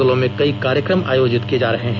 जिलों में कई कार्यक्रम आयोजित किये जा रहे हैं